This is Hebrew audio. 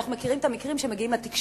אנחנו מכירים את המקרים שמגיעים לתקשורת,